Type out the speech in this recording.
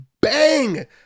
bang